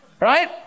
Right